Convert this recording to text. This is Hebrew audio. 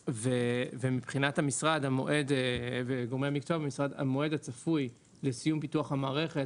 מבחינת גורמי המקצוע במשרד המועד הצפוי לסיום פיתוח המערכת